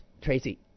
Tracy